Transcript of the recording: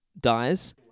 dies